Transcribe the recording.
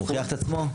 הוא מוכיח את עצמו?